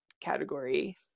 category